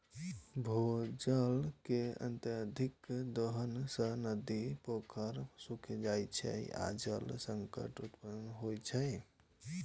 भूजल के अत्यधिक दोहन सं नदी, पोखरि सूखि जाइ छै आ जल संकट उत्पन्न होइ छै